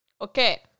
Okay